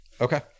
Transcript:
Okay